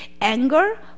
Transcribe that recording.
anger